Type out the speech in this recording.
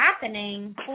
happening